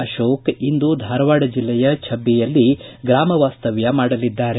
ಅಶೋಕ ಅವರು ಇಂದು ಧಾರವಾಡ ಜಲ್ಲೆಯ ಛಬ್ಬಯಲ್ಲಿ ಗಾಮ ವಾಸ್ತವ್ಯ ಮಾಡಲಿದ್ದಾರೆ